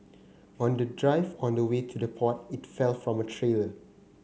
on the drive on the way to the port it fell from a trailer